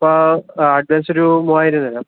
അപ്പോൾ ആ അഡ്വാൻസ് ഒരു മൂവായിരം തരാം